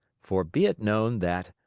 for be it known, that,